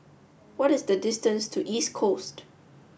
what is the distance to East Coast